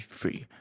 free